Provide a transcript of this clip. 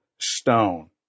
stone